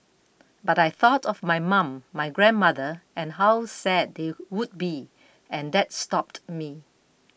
but I thought of my mum my grandmother and how sad they would be and that stopped me